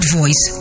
voice